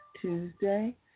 Tuesday